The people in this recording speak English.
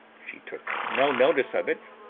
she took no notice of it,